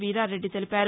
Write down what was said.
వీరారెడ్డి తెలిపారు